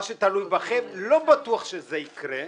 מה שתלוי בכם, לא בטוח שזה יקרה.